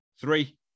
three